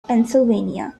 pennsylvania